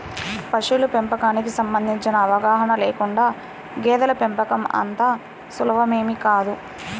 పశువుల పెంపకానికి సంబంధించిన అవగాహన లేకుండా గేదెల పెంపకం అంత సులువేమీ కాదు